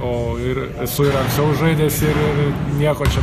o ir esu žaidęs ir nieko čia